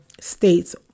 states